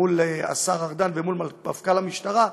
עם השר ארדן ועם מפכ"ל המשטרה,